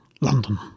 London